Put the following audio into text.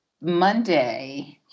Monday